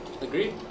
Agreed